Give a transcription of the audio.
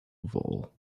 vole